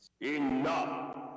Enough